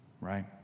right